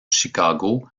chicago